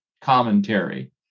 commentary